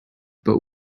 but